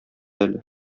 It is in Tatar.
әле